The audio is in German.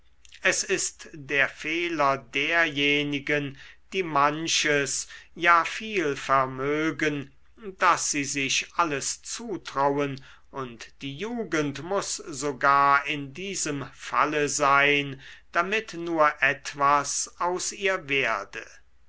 es ist der fehler derjenigen die manches ja viel vermögen daß sie sich alles zutrauen und die jugend muß sogar in diesem falle sein damit nur etwas aus ihr werde